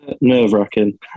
Nerve-wracking